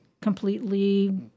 completely